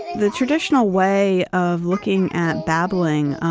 the traditional way of looking at babbling,